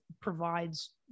provides